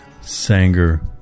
Sanger